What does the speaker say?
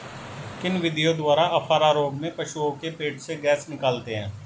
किन विधियों द्वारा अफारा रोग में पशुओं के पेट से गैस निकालते हैं?